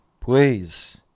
Please